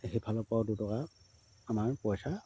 সেইফালৰ পৰাও দুটকা আমাৰ পইচা